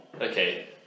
Okay